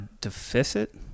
deficit